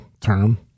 term